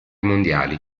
mondiali